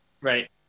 right